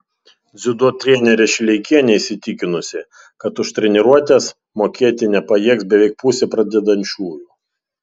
dziudo trenerė šileikienė įsitikinusi kad už treniruotes mokėti nepajėgs beveik pusė pradedančiųjų